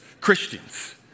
Christians